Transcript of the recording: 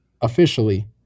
officially